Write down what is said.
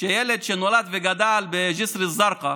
שילד שנולד וגדל בג'יסר א-זרקא